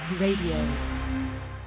Radio